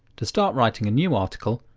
to start writing a new article,